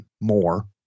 more